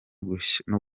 guhashya